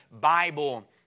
Bible